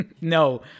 No